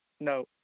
No